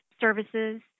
services